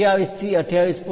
0 થી 28